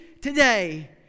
today